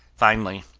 finally,